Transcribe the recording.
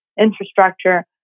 infrastructure